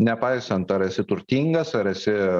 nepaisant to ar esi turtingas ar esi